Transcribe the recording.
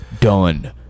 done